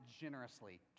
generously